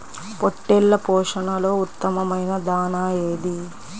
పొట్టెళ్ల పోషణలో ఉత్తమమైన దాణా ఏది?